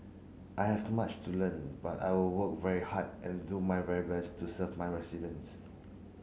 I have much to learn but I will work very hard and do my very best to serve my residents